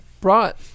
brought